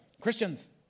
Christians